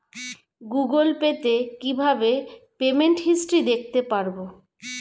Google Pay তে কিভাবে payment history দেখতে পারবো?